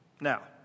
Now